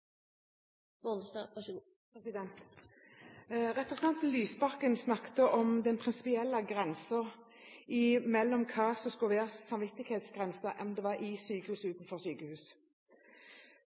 Representanten Lysbakken snakket om den prinsipielle grensen, hva som skulle være samvittighetsgrensen, om det var i sykehus